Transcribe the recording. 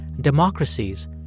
democracies